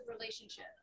relationship